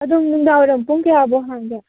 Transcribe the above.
ꯑꯗꯨ ꯅꯨꯡꯗꯥꯡꯋꯥꯏꯔꯝ ꯄꯨꯡ ꯀꯌꯥꯐꯥꯎ ꯍꯥꯡꯒꯦ